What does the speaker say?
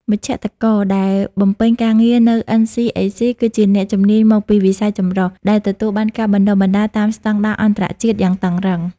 មជ្ឈត្តករដែលបំពេញការងារនៅ NCAC គឺជាអ្នកជំនាញមកពីវិស័យចម្រុះ ដែលទទួលបានការបណ្ដុះបណ្ដាលតាមស្ដង់ដារអន្តរជាតិយ៉ាងតឹងរ៉ឹង។